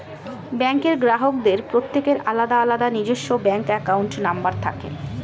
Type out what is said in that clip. ব্যাঙ্কের গ্রাহকদের প্রত্যেকের আলাদা আলাদা নিজস্ব ব্যাঙ্ক অ্যাকাউন্ট নম্বর থাকে